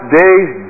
days